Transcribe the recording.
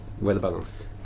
well-balanced